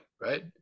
right